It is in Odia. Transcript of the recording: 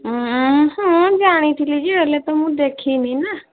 ହଁ ଜାଣିଥିଲି ଯେ ହେଲେ ତ ମୁଁ ଦେଖିନି ନା